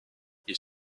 ils